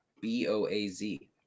B-O-A-Z